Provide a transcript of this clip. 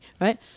right